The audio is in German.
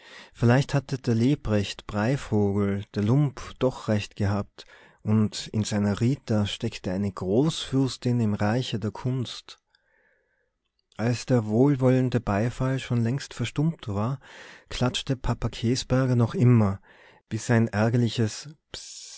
vielleicht hatte der lebrecht breivogel der lump doch recht gehabt und in seiner rita steckte eine großfürstin im reiche der kunst als der wohlwollende beifall schon längst verstummt war klatschte papa käsberger noch immer bis ein ärgerliches